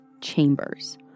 Chambers